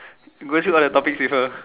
go through all the topics with her